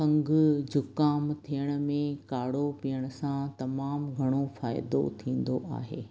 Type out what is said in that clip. खंघु जुकाम थियण में काढ़ो पीअण सां तमामु घणो फ़ाइदो थींदो आहे